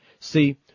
See